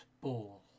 ball